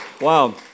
Wow